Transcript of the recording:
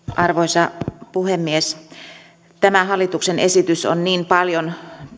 arvoisa puhemies tämä hallituksen esitys on niin paljon